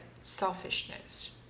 selfishness